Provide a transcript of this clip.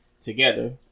together